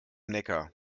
neckar